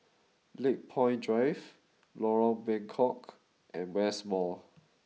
Lakepoint Drive Lorong Bengkok and West Mall